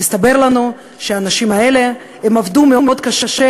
הסתבר לנו שהאנשים האלה עבדו מאוד קשה,